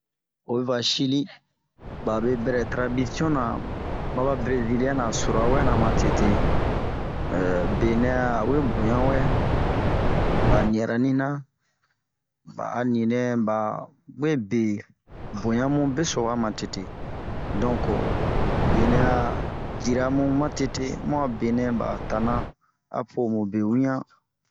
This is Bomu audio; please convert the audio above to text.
Oyi va Sili ,ba bɛrɛ taradisiɔna ma ba Bereziliɛn ra suta wɛna matete. Ehh benɛ awe boɲa wɛ, ba ni'arani ra, ba'a ninɛ ba we be boɲa mubesowa matete. Donke benɛ a yiramu matete ,bun a benɛ ba tana a po han be ŋiann.